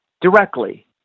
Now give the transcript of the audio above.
directly